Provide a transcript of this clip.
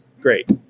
Great